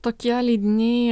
tokie leidiniai